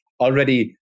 already